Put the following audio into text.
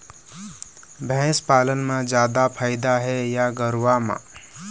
भैंस पालन म जादा फायदा हे या गरवा म?